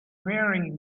wearing